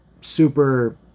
super